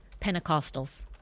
Pentecostals